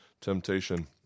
temptation